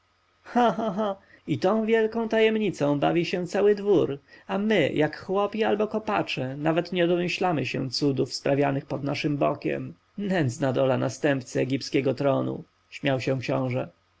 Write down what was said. cha cha i tą wielką tajemnicą bawi się cały dwór a my jak chłopi albo kopacze nawet nie domyślamy się cudów sprawianych pod naszym bokiem nędzna dola następcy egipskiego tronu śmiał się książę